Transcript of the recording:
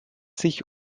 sich